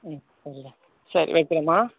ம் சரிடா சரி வைக்கிறேம்மா